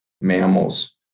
mammals